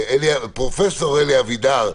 פרופ' אלי אבידר,